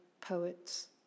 poets